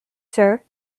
sir